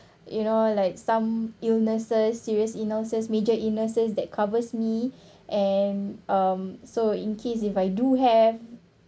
you know like some illnesses serious illnesses major illnesses that covers me and um so in case if I do have